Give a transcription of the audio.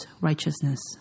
righteousness